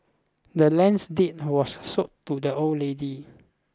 the land's deed was sold to the old lady